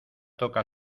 toca